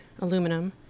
Aluminum